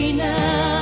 now